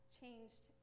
changed